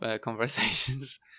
conversations